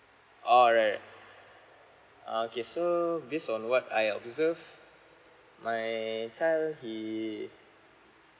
alright okay so based on what I observed my child he